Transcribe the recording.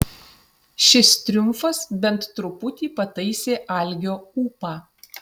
šis triumfas bent truputį pataisė algio ūpą